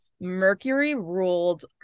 Mercury-ruled